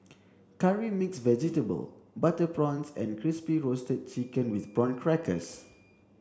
curry mixed vegetable butter prawns and crispy roasted chicken with prawn crackers